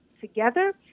together